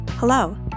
Hello